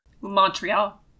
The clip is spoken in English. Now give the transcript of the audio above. Montreal